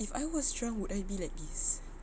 if I was drunk would I be like this